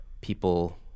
people